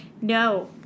No